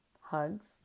hugs